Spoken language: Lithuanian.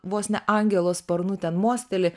vos ne angelo sparnų ten mosteli